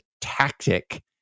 tactic